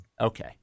Okay